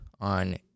on